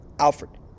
Alfred